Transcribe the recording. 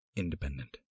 independent